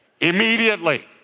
Immediately